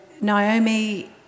Naomi